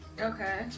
okay